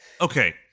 okay